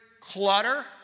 clutter